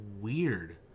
weird